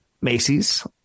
Macy's